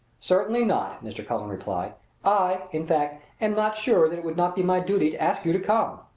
certainly not, mr. cullen replied i, in fact, am not sure that it would not be my duty to ask you to come.